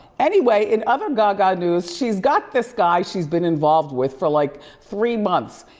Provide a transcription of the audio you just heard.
anyway in other gaga news, she's got this guy she's been involved with for like three months,